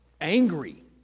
Angry